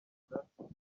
n’abanyarwanda